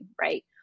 right